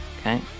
Okay